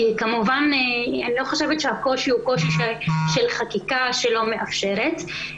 אני לא חושבת שהקושי הוא קושי של חקיקה שלא מאפשרת,